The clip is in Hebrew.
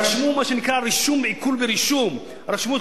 רשמו מה שנקרא "עיקול ברישום" רשמו את